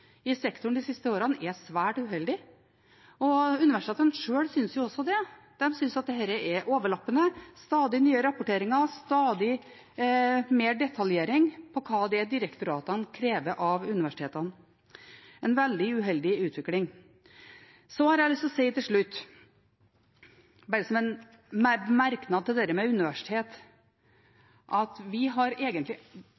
i sektoren de siste årene, er svært uheldig. Universitetene synes det sjøl også. De synes at dette er overlappende, stadig nye rapporteringer, stadig mer detaljert når det gjelder hva direktoratene krever av universitetene. Det er en veldig uheldig utvikling. Til slutt har jeg lyst å si, bare som en merknad til det med